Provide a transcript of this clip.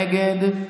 נגד,